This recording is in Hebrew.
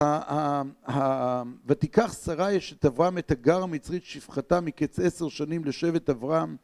ותיקח שרה אשת אברהם את הגר המצרית שפחתה מקץ עשר שנים לשבט אברהם